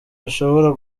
bishobora